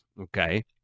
okay